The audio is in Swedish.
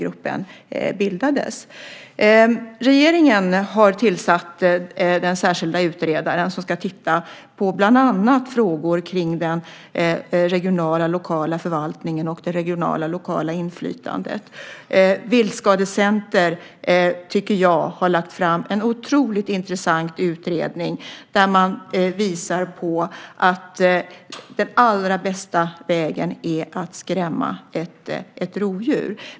Regeringen har tillsatt den särskilde utredaren som ska titta på bland annat frågor kring den regionala och lokala förvaltningen och det regionala och lokala inflytandet. Viltskadecenter tycker jag har lagt fram en otroligt intressant utredning, där man visar på att den allra bästa vägen är att skrämma ett rovdjur.